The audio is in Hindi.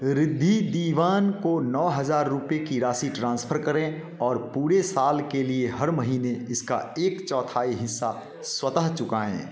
रिद्धि दीवान को नौ हज़ार रुपये की राशि ट्रांसफर करें और पूरे साल के लिए हर महीने इसका एक चौथाई हिस्सा स्वतः चुकाए